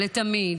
לתמיד.